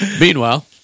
Meanwhile